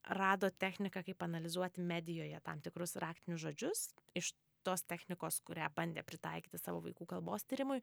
rado techniką kaip analizuoti medijoje tam tikrus raktinius žodžius iš tos technikos kurią bandė pritaikyti savo vaikų kalbos tyrimui